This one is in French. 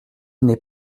n’est